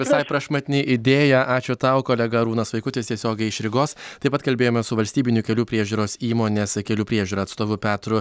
visai prašmatni idėja ačiū tau kolega arūnas vaikutis tiesiogiai iš rygos taip pat kalbėjome su valstybinių kelių priežiūros įmonės kelių priežiūra atstovu petru